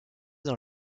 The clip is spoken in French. dans